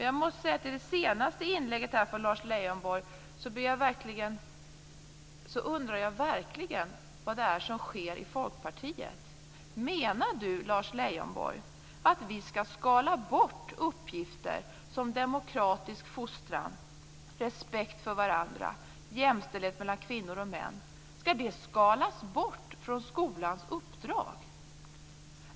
Jag måste säga att jag efter det senaste inlägget från Lars Leijonborg verkligen undrar vad som sker i Folkpartiet. Menar Lars Leijonborg att vi skall skala bort uppgifter som demokratisk fostran, respekt för varandra, jämställdhet mellan kvinnor och män från skolans uppdrag?